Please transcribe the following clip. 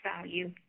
value